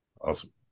Awesome